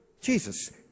Jesus